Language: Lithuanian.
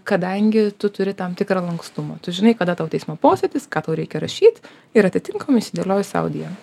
kadangi tu turi tam tikrą lankstumą tu žinai kada tau teismo posėdis ką tau reikia rašyt ir atitinkamai išsidėlioji savo dieną